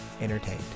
entertained